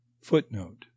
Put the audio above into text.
footnote